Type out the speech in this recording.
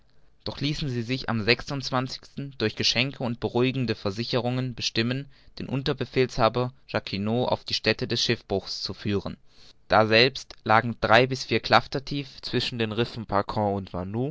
doch ließen sie sich am durch geschenke und beruhigende versicherungen bestimmen den unterbefehlshaber jacquinot auf die stätte des schiffbruchs zu führen daselbst lagen drei bis vier klafter tief zwischen den rissen pacon und